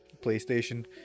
playstation